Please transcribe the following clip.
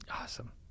Awesome